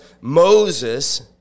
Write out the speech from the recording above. Moses